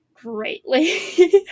greatly